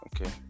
Okay